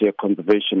Conservation